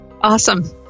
Awesome